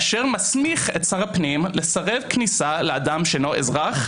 אשר מסמיך את שר הפנים לסרב כניסה לאדם שאינו אזרח,